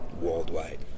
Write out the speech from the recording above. worldwide